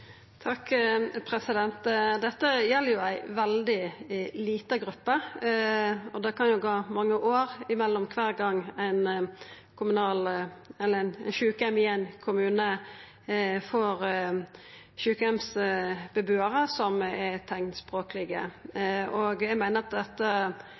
Dette gjeld ei veldig lita gruppe, og det kan gå mange år mellom kvar gong ein sjukeheim i ein kommune får sjukeheimsbebuarar som er